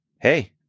hey